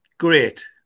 Great